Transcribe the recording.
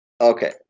Okay